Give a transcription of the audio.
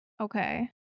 Okay